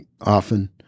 often